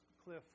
cliff